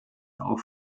auch